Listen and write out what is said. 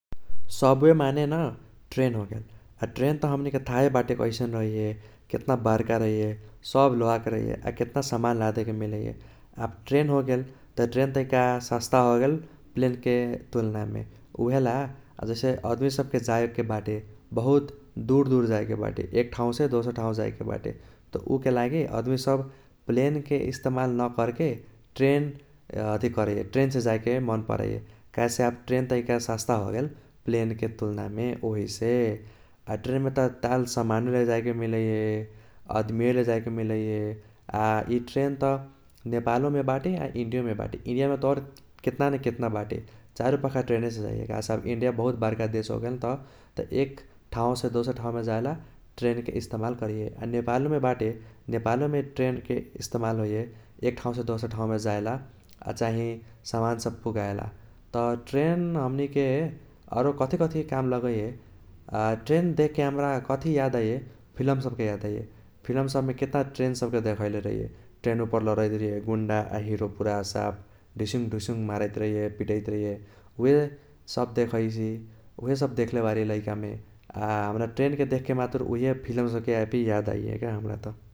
सबवे माने न ट्रेन होगेल, आ ट्रेन त हमनीके थाहे बाटे कैसन रहैये केतना बर्का रहैये सब लोहाके रहैये आ केतना सामान लाधेके मिलैये । आब ट्रेन होगेल त ट्रेन तैका सस्ता होगेल प्लेनके तुल्नामे उइहेला आ जैसे अदमी सबके जाएके बाटे बहुत दुर दुर जाएके बाटे एक ठाउसे दोसर ठाउ जाएके बाटे त उके लागि अदमी सब प्लेनके इस्टमाल न कर्के ट्रेन करैये ट्रेनसे जाएके मन पराइये । काहेसे आब ट्रेन तैका सस्ता होगेल प्लेनके तुल्नामे ओहिसे । आ ट्रेनमे त टाल समानो लेजाएके मिलैये, अदमीयो लेजाएके मिलैये, आ इ ट्रेन त नेपालोमे बाटे आ इंडियामे बाटे । इंडियामे त और केतना न केतना बाटे, चारुपाखा ट्रेनेसे जाइये काहेसे इंडिया बहुत बर्का देश होगेल नत । त एक ठाउसे दोसर ठाउमे जाएला ट्रेनके इस्तमाल करैये । आ नेपालोमे बाटे नेपालोमे ट्रेनके इस्तमाल होइये एक ठाउसे दोसर ठाउमे जाएला आ चाही सामान सब पुगाएला । त ट्रेन हमनीके आरो कथी कथी काम लगैये, आ ट्रेन देख्के हम्रा कथी याद आइये फिलम सबके याद आइये । फिलम सबमे केतना ट्रेन सबके देखाएले रहैये, ट्रेन उपर लरैत रहैये गुंडा आ हीरो पूरा साफ धिशूम धिशूम मारैत रहैये पितैत रहैये । उइहे सब देखैसि उइहे सब देख्ले बारी लैकामे । आ हम्रा ट्रेनके देख्ते मातुर उइहे फिलम सबके याद आइये का हम्रा त ।